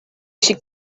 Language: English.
she